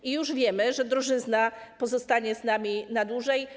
I już wiemy, że drożyzna pozostanie z nami na dłużej.